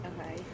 Okay